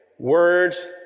Words